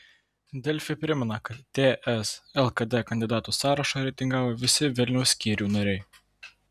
delfi primena kad ts lkd kandidatų sąrašą reitingavo visi vilniaus skyrių nariai